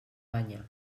banyar